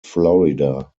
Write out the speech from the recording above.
florida